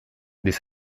des